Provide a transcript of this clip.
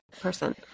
person